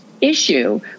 issue